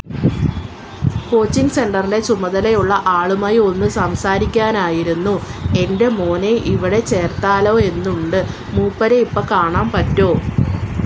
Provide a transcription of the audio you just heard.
coaching സെന്ററിൻ്റെ ചുമതലയുള്ള ആളുമായി ഒന്ന് സംസാരിക്കാനായിരുന്നു എൻ്റെ മോനെ ഇവിടെ ചേർത്താലോ എന്നുണ്ട് മൂപ്പരെ ഇപ്പോൾ കാണാൻ പറ്റുമോ